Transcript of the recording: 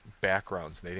backgrounds